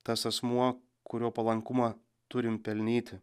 tas asmuo kurio palankumą turim pelnyti